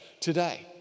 today